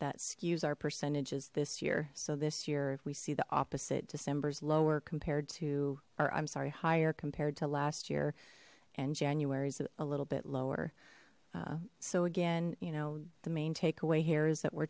that skews our percentages this year so this year if we see the opposite december's lower compared to or i'm sorry higher compared to last year and january's a little bit lower so again you know the main takeaway here is that we're